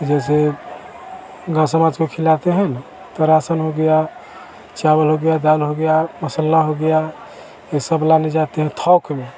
जैसे गाँव समाज को खिलाते हैं तो रासन हो गिया चावल हो गया दाल हो गया मसाला हो गया ये सब लाने जाते हैं थौक में